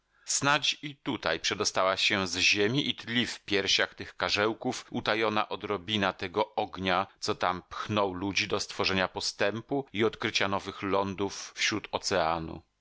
snadź i tutaj przedostała się z ziemi i tli w piersiach tych karzełków utajona odrobina tego ognia co tam pchnął ludzi do stworzenia postępu i odkrycia nowych lądów wśród oceanu